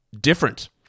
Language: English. different